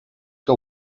que